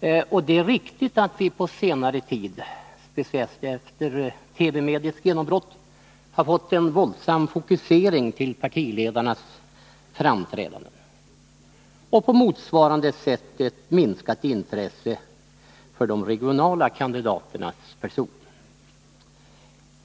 Det är riktigt att vi på senare tid — speciellt efter TV-mediets genombrott — har fått en våldsam fokusering till partiledarnas framträdanden och på motsvarande sätt ett minskat intresse för de regionala kandidaternas personer.